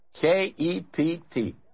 K-E-P-T